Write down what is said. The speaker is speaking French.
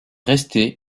restée